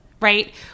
right